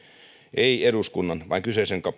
ei eduskunnan vaan kyseisen